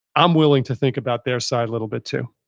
i'm willing to think about their side a little bit too.